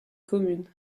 communes